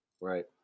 right